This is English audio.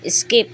skip